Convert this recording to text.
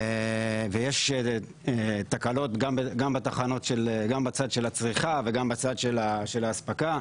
ויש תקלות גם בצד של הצריכה וגם בצד של האספקה,